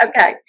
Okay